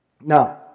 Now